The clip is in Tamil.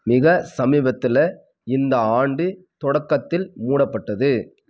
மிக சமீபத்தில் இந்த ஆண்டு தொடக்கத்தில் மூடப்பட்டது